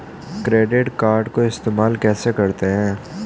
Credit card को इस्तेमाल कैसे करते हैं?